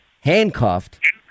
handcuffed